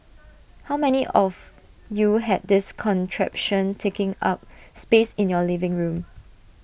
how many of you had this contraption taking up space in your living room